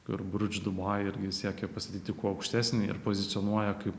ir bridž dubajuj irgi siekia pastatyti kuo aukštesnį ir pozicionuoja kaip